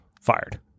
fired